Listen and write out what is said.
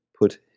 put